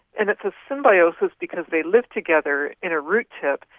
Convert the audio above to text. and it's a symbiosis because they live together in a root tip,